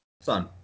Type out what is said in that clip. Son